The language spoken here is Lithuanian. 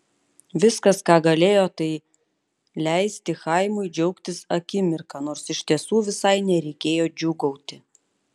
viskas ką galėjo tai leisti chaimui džiaugtis akimirka nors iš tiesų visai nereikėjo džiūgauti